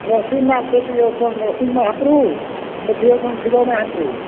ନରସିଂହ ନାଥ ସେଇଠି ଅଛନ୍ତି ନରସିଂହ ମହାପୁରୁ ସେଇଠି ଅଠନ୍ତି ଶିବ ମହାପୁରୁ